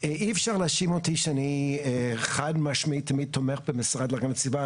אי אפשר להאשים אותי שאני חד משמעית תמיד תומך במשרד להגנת הסביבה,